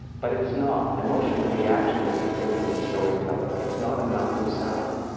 but it's not. emotional reaction is to thinking and storytelling. it's not amount of sound.